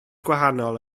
gwahanol